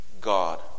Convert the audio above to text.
God